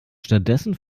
stattdessen